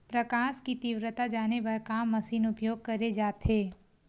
प्रकाश कि तीव्रता जाने बर का मशीन उपयोग करे जाथे?